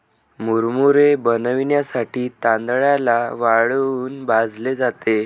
मुरमुरे बनविण्यासाठी तांदळाला वाळूत भाजले जाते